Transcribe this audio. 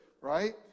right